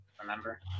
Remember